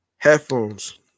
Headphones